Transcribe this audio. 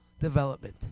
development